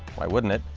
why wouldn't it?